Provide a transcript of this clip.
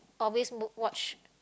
always w~ watch